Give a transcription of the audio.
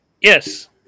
Yes